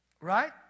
Right